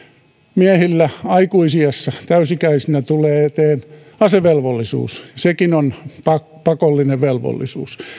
miehillä aikuisiässä täysi ikäisenä tulee eteen asevelvollisuus sekin on pakollinen velvollisuus